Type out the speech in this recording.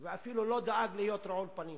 ואפילו לא דאג להיות רעול פנים.